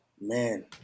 man